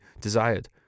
desired